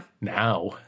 Now